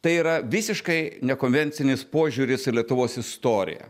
tai yra visiškai ne konvencinis požiūris į lietuvos istoriją